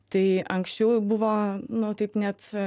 tai anksčiau buvo nu taip net